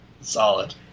Solid